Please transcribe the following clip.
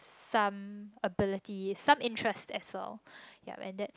some abilities some interest as well and that's